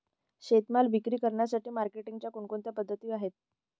शेतीमाल विक्री करण्यासाठी मार्केटिंगच्या कोणकोणत्या पद्धती आहेत?